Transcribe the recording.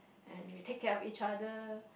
and will take care of each other